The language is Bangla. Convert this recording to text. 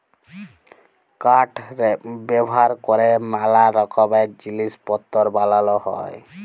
কাঠ ব্যাভার ক্যরে ম্যালা রকমের জিলিস পত্তর বালাল হ্যয়